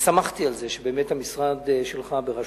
ושמחתי על זה שבאמת המשרד שלך, בראשותך,